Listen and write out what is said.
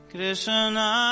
Krishna